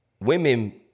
women